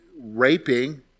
raping